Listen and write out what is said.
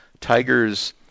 tiger's